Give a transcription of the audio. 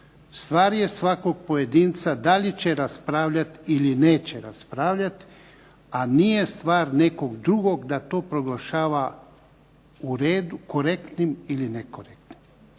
stvar je svakog pojedinca da li će raspravljati ili neće raspravljati a nije stvar nekog drugog da to proglašava u redu, korektnim ili nekorektnim.